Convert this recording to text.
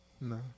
No